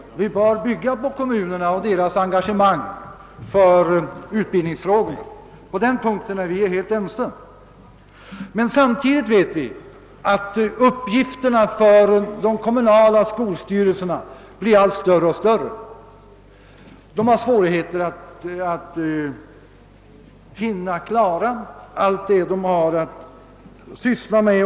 Vi är helt ense om att bygga på kommunernas engagemang i utbildningsfrågorna, men samtidigt vet vi att de kommunala skolstyrelsernas uppgifter blir allt fler och allt större. De har därför svårt att hinna klara alla uppgifter som de får sig förelagda.